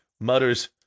mutters